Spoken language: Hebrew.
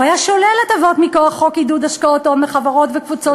הוא היה שולל הטבות מכוח חוק עידוד השקעות הון מחברות וקבוצות